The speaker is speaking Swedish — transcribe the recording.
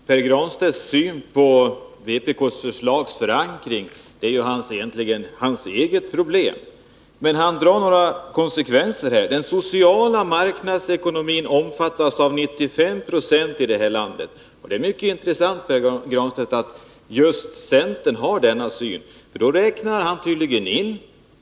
Fru talman! Pär Granstedts syn på vpk-förslagets förankring är egentligen hans eget problem, men han drar några konsekvenser som jag vill säga ett par ord om. Den sociala marknadsekonomin omfattas av 95 26 av människorna i det här landet, säger Pär Granstedt. Det är mycket intressant att centern har den uppfattningen.